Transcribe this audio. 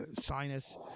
sinus